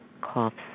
coughs